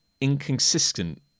inconsistent